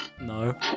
No